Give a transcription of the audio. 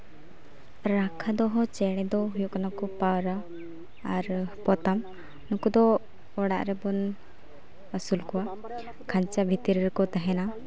ᱨᱟᱠᱷᱟ ᱫᱚᱦᱚ ᱪᱮᱬᱮ ᱫᱚ ᱦᱩᱭᱩᱜ ᱠᱟᱱᱟ ᱠᱚ ᱯᱟᱣᱨᱟ ᱟᱨ ᱯᱚᱛᱟᱢ ᱩᱱᱠᱩ ᱫᱚ ᱚᱲᱟᱜ ᱨᱮᱵᱚᱱ ᱟᱹᱥᱩᱞ ᱠᱚᱣᱟ ᱠᱷᱟᱧᱪᱟ ᱵᱷᱤᱛᱤᱨ ᱨᱮᱠᱚ ᱛᱟᱦᱮᱱᱟ